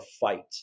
fight